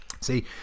See